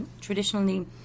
traditionally